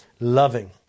loving